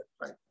right